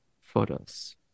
photos